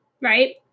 right